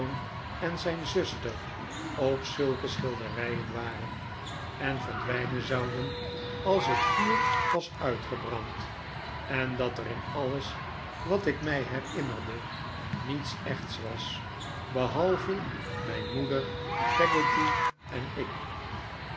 en zijn zuster ook zulke schilderijen waren en verdwijnen zouden als het vuur was uitgebrand en dat er in alles wat ik mij herinnerde niets echts was behalve mijn moeder peggotty en ik